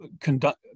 conduct